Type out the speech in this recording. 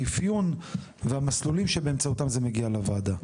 האפיון והמסלולים שבאמצעותם זה מגיע לוועדה.